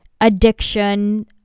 addiction